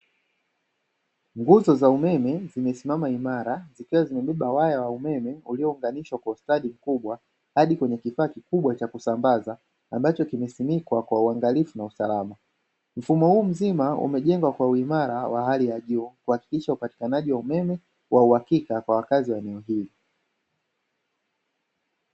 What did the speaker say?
Nguzo za umeme zimesimama imara zikiwa zimebeba waya wa umeme uliyounganishwa kwa ustadi mkubwa hadi kwenye kifaa kikubwa cha kusambaza ambacho kimesimikwa kwa uangalifu na usalama. Mfumo huu mzima umejengwa kwa uimara wa hali ya juu kuhakikisha upatikanaji wa umeme wa uhakika kwa wakazi wa eneo hili.